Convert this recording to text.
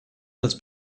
als